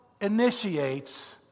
initiates